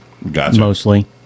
mostly